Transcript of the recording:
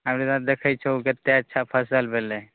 आब इधर देखै छो कते अच्छा फसल भेलै